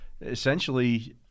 essentially